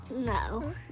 No